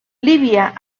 líbia